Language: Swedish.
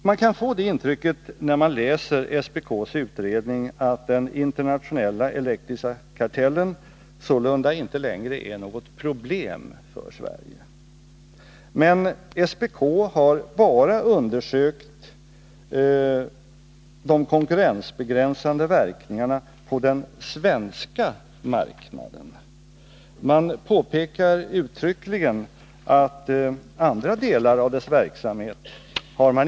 Man får det intrycket när man läser SPK:s utredning att den internationella elektriska kartellen inte längre är något problem för Sverige. Men SPK har bara undersökt de konkurrensbegränsande verkningarna på den svenska marknaden. Man påpekar uttryckligen att man inte har undersökt andra delar av dess verksamhet.